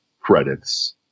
credits